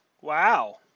Wow